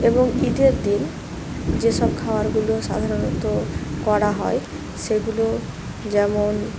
এবং ঈদের দিন যেসব খাওয়ারগুলো সাধারণত করা হয় সেগুলো যেমন